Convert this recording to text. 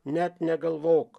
net negalvok